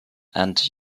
and